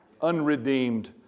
Unredeemed